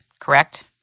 correct